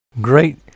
great